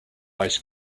ice